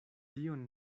tion